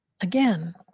again